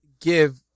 give